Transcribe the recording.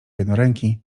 jednoręki